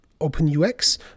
OpenUX